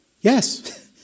yes